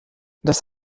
das